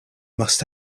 must